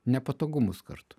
nepatogumus kartu